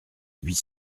huit